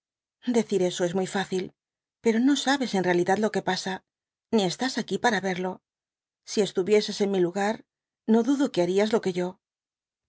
decir eso es muy faci pero no sabes en realidad lo que pasa ni está aquí para verlo si estuvieses en mi lugar no dudo harías lo que yo